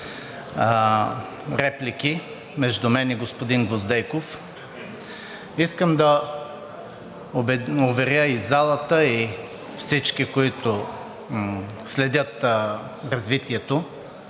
реплики между мен и господин Гвоздейков. Искам да уверя и залата, и всички, които следят развитието,